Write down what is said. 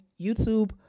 YouTube